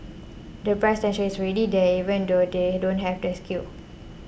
the price tension is ready there even though they don't have the scale